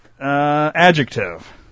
adjective